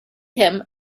him